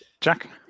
Jack